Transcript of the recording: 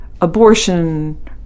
abortion